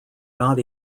not